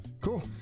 Cool